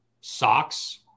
socks